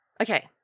Okay